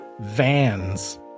vans